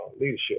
leadership